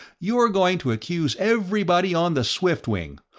you're going to accuse everybody on the swiftwing,